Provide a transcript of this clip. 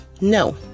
No